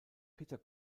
peter